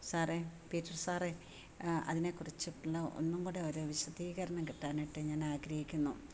സാറേ പീറ്റര് സാറെ അതിനെക്കുറിച്ചിട്ടുള്ള ഒന്നും കൂടെയൊരു വിശദീകരണം കിട്ടാനായിട്ട് ഞാനാഗ്രഹിക്കുന്നു